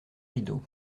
rideaux